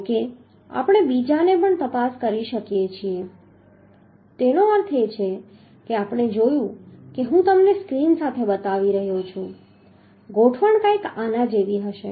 જો કે આપણે બીજાને પણ તપાસી શકીએ છીએ તેનો અર્થ એ છે કે આપણે જોયું કે હું તમને સ્ક્રીન સાથે બતાવી રહ્યો છું ગોઠવણ કંઈક આના જેવી છે